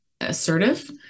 assertive